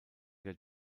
der